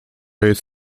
jest